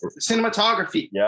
cinematography